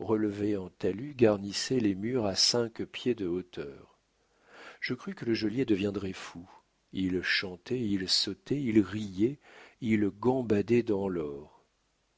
relevées en talus garnissaient les murs à cinq pieds de hauteur je crus que le geôlier deviendrait fou il chantait il sautait il riait il gambadait dans l'or